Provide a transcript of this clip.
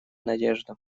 надежду